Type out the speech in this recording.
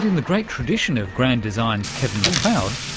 the great tradition of grand design's kevin mccloud,